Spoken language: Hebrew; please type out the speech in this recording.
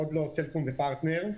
עוד לא סלקום ופרטנר,